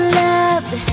loved